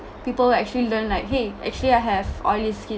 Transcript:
people actually learn like !hey! actually I have oily skin